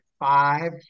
five